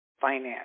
finance